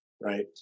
right